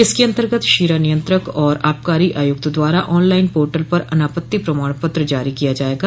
इसके अन्तर्गत शीरा नियंत्रक और आबकारी आयुक्त द्वारा ऑन लाइन पोर्टल पर अनापत्ति प्रमाण पत्र जारी किया जायेगा